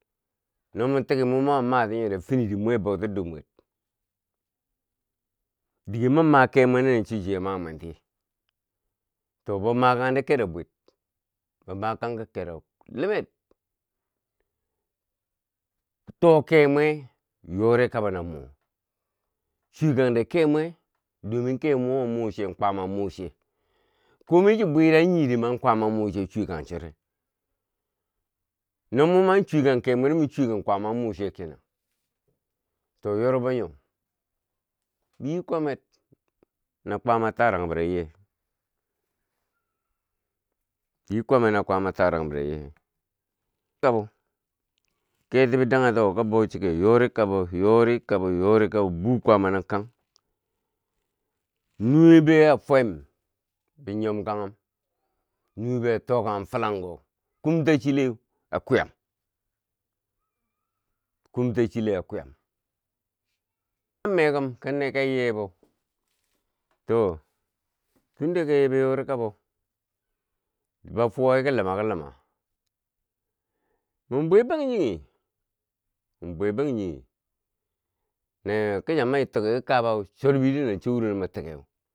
No mo tiki mwi mwa ma ti nyori fidi mwe bou dor mwet dige mwe ma ke mwe nineu chi chiya ma mwen tiye to bo makan de kero bwet be makan ka kero limet, to ke mwe yori kabo na mo chuwe kande kemwe domin ke bo mo ma muche, kwaama muche, komi chi bwera nyi dima kwaama muche chuwe kan chore no mu man chuwe kan ke mwe ri mu chuwe kan kwaama muce kenan to yorbo nyo biyi kwamer na kwaama tarang binen ye biyi kwamer na kwaame tarang binen ye. Yori kabo, ketibe dangha kowo ka bou chike yori kaba, yori kabo, yori kabo, bukwaama nin kang, nuwe be a fwem bi nyom ka nghum, nuwe be a tokan filanko, kumto chileu a kwiyam, kumta chile a kwiyam man me kom kon yi yebo to tunda kon yi yebeu, yori kabo, ba fuwa wi ki luma ki luma min bwe bangjinghe, min bwe bangjinghe na kichan ma toki ki kabau, chor miro nancho wurono ma tikeu.